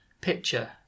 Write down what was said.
picture